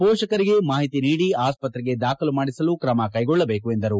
ಪೋಷಕರಿಗೆ ಮಾಹಿತಿ ನೀಡಿ ಆಸ್ತ್ರತೆಗೆ ದಾಖಲು ಮಾಡಿಸಲು ಕ್ರಮಕೈಗೊಳ್ಳಬೇಕು ಎಂದರು